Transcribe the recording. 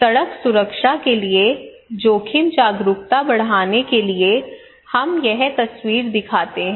सड़क सुरक्षा के लिए जोखिम जागरूकता बढ़ाने के लिए हम यह तस्वीर दिखाते हैं